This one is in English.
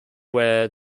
where